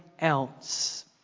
else